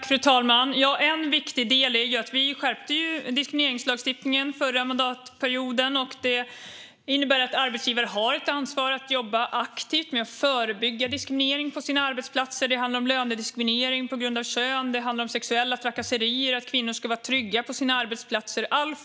Fru talman! Under förra mandatperioden skärpte vi diskrimineringslagstiftningen. Det innebär att arbetsgivare har ett ansvar att jobba aktivt med att förebygga alla former av diskriminering på sina arbetsplatser. Det handlar bland annat om lönediskriminering på grund av kön och om sexuella trakasserier. Kvinnor ska vara trygga på sina arbetsplatser.